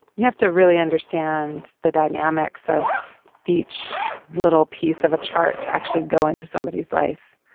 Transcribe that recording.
you have to really understand the dynamics of each little piece of a chart to actually go into somebodies life.